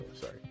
Sorry